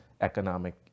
economic